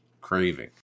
craving